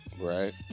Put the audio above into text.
Right